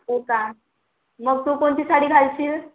हो का मग तू कोणती साडी घालशील